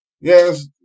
Yes